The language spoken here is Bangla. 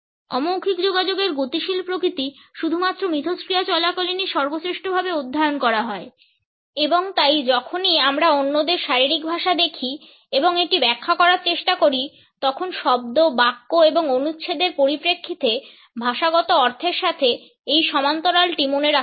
অমৌখিক যোগাযোগের গতিশীল প্রকৃতি শুধুমাত্র মিথস্ক্রিয়া চলাকালীনই সর্বশ্রেষ্ঠভাবে অধ্যয়ন করা হয় এবং তাই যখনই আমরা অন্যদের শারীরিক ভাষা দেখি এবং এটি ব্যাখ্যা করার চেষ্টা করি তখন শব্দ বাক্য এবং অনুচ্ছেদের পরিপ্রেক্ষিতে ভাষাগত অর্থের সাথে এই সমান্তরালটি মনে রাখতে হবে